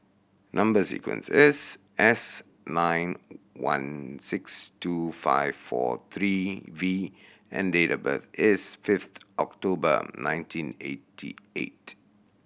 number sequence is S nine one six two five four three V and date of birth is fifth October nineteen eighty eight